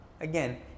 again